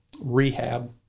rehab